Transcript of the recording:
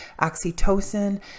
oxytocin